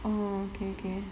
orh okay okay